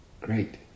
great